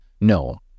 No